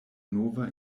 nova